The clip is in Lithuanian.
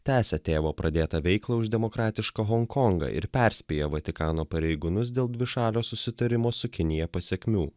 tęsia tėvo pradėtą veiklą už demokratišką honkongą ir perspėja vatikano pareigūnus dėl dvišalio susitarimo su kinija pasekmių